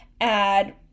add